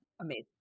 Amazing